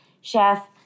chef